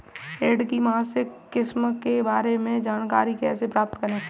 ऋण की मासिक किस्त के बारे में जानकारी कैसे प्राप्त करें?